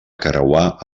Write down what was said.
creuar